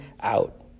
out